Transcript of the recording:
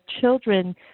children